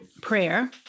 prayer